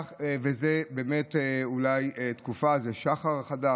זו באמת אולי תקופה, זה שחר חדש.